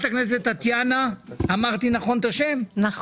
מטי, כל